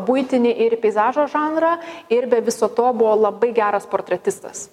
buitinį ir į peizažo žanrą ir be viso to buvo labai geras portretistas